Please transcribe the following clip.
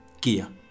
Kia